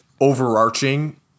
overarching